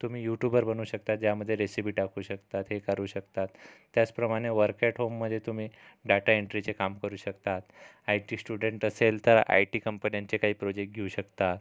तुम्ही यूट्यूबर बनू शकता ह्यामध्ये रेसिपी टाकू शकता हे करू शकता त्याचप्रमाणे वर्क ॲट होममधे तुम्ही डाटा एंट्रीचे काम करू शकता आयटी स्टुडंट असेल तर आयटी कंपन्यांचे काही प्रोजेक्ट घेऊ शकता